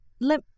Let